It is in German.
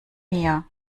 mir